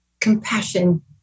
compassion